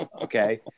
Okay